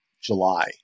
July